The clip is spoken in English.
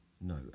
no